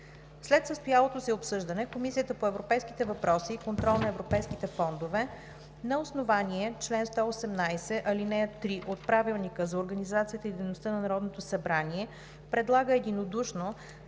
След състоялото се обсъждане Комисията по европейските въпроси и контрол на европейските фондове на основание чл. 118, ал. 3 от Правилника за организацията и дейността на Народното събрание предлага единодушно,